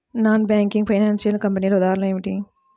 Non banking financial కంపెనీల ఉదాహరణలు ఏమిటి?